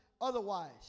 otherwise